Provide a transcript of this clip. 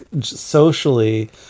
socially